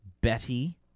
Betty